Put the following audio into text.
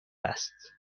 است